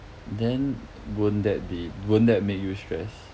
then won't that be won't that make you stress